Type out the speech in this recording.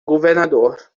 governador